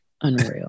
Unreal